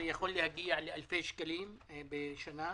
זה יכול להגיע לאלפי שקלים בשנה.